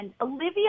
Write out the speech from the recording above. Olivia